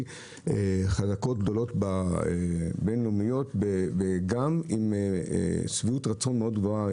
גדולות והבינלאומיות ועם שביעות רצון מאוד גבוהה,